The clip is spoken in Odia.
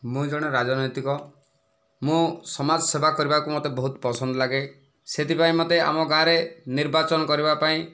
ମୁଁ ଜଣେ ରାଜନୈତିକ ମୁଁ ସମାଜ ସେବା କରିବାକୁ ମୋତେ ବହୁତ ପସନ୍ଦ ଲାଗେ ସେଥିପାଇଁ ମୋତେ ଆମ ଗାଁରେ ନିର୍ବାଚନ କରିବାପାଇଁ